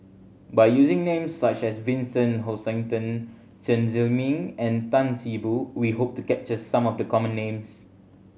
by using names such as Vincent Hoisington Chen Zhiming and Tan See Boo we hope to capture some of the common names